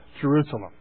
Jerusalem